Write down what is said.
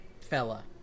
Fella